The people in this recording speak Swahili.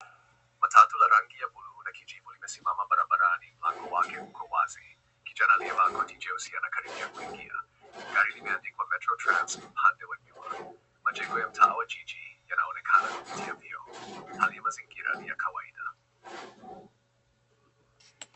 Matatu la rangi ya bluu na kijivu limesimama barabarani na mlango wake uko wazi. Kijana aliyevaa koti jeusi amekaribia kuingia. Gari limeandikwa Metro Transit upande wa nyuma. Majengo ya mtaa wa jiji yanaonekana kupitia vioo. Hali ya mazingira ni ya kawaida.